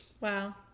Wow